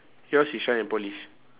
yours is shine and polish